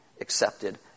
accepted